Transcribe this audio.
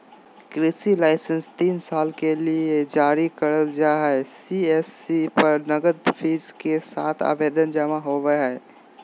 कृषि लाइसेंस तीन साल के ले जारी करल जा हई सी.एस.सी पर नगद फीस के साथ आवेदन जमा होवई हई